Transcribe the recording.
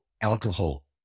alcohol